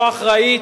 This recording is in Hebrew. לא אחראית,